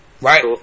Right